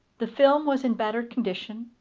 the film was in battered condition,